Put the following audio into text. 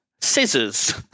scissors